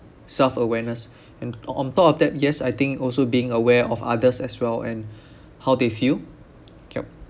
self awareness and on on top of that yes I think also being aware of others as well and how they feel yup